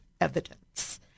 evidence